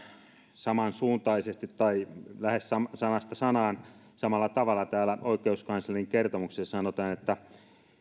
samansuuntaisesti tai lähes sanasta sanaan samalla tavalla täällä oikeuskanslerin kertomuksessa sanotaan